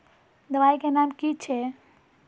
दबाई के नाम की छिए?